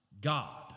God